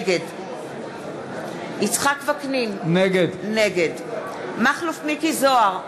נגד יצחק וקנין, נגד מכלוף מיקי זוהר,